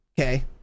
Okay